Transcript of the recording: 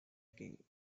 king